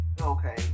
okay